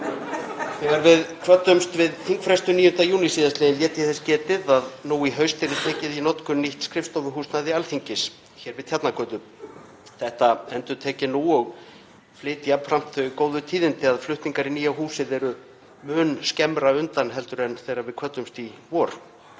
Þegar við kvöddumst við þingfrestun 9. júní síðastliðinn lét ég þess getið að nú í haust yrði tekið í notkun nýtt skrifstofuhúsnæði Alþingis við Tjarnargötu. Þetta endurtek ég nú og flyt jafnframt þau góðu tíðindi að flutningar í nýja húsið eru mun skemmra undan heldur en þegar við kvöddumst í vor.